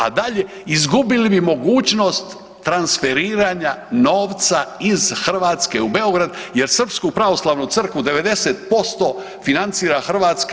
A dalje, izgubili bi mogućnost transferiranja novca iz Hrvatske u Beograd, jer srpsku pravoslavnu crkvu 90% financira Hrvatska.